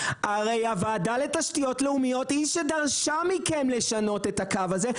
הרי הוועדה לתשתיות לאומיות היא שדרשה מכם לשנות את הקו הזה,